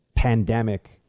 pandemic